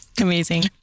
Amazing